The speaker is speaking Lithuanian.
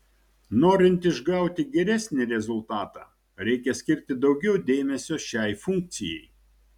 norint išgauti geresnį rezultatą reikia skirti daugiau dėmesio šiai funkcijai